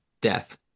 death